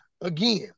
again